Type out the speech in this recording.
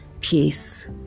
peace